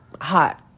hot